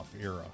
era